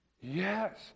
yes